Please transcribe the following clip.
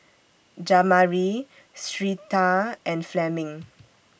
Jamari Syreeta and Fleming